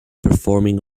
performing